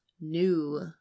new